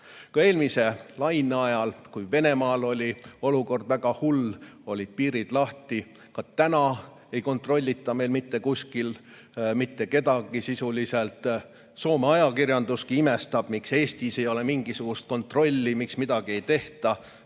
Eelmise laine ajal, kui Venemaal oli olukord väga hull, olid piirid lahti ja ka täna ei kontrollita meil sisuliselt mitte kuskil mitte kedagi. Soome ajakirjanduski imestab, miks Eestis ei ole mingisugust kontrolli, miks midagi ei tehta.